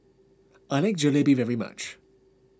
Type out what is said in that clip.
I like Jalebi very much